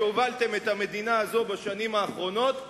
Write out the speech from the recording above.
שהובלתם את המדינה הזו בשנים האחרונות,